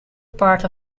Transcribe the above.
part